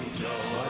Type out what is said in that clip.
joy